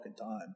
time